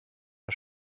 der